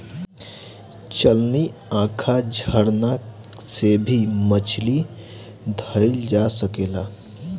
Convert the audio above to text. चलनी, आँखा, झरना से भी मछली धइल जा सकेला